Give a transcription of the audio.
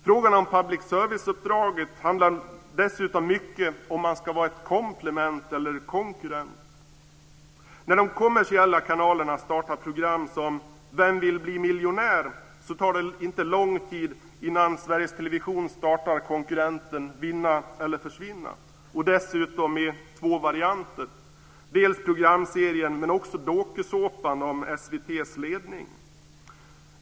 Frågan om public service-uppdraget handlar dessutom mycket om huruvida man ska vara ett komplement eller en konkurrent. När de kommersiella kanalerna startar program som Vem vill bli miljonär? tar det inte lång tid innan Sveriges Television startar konkurrenten Vinna eller försvinna. Det finns dessutom två varianter, dels programserien, dels dokusåpan om SVT:s ledning.